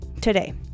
today